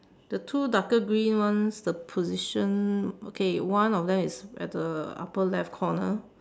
the two darker green ones the position okay one of them is at the upper left corner